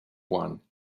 one